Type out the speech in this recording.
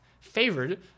favored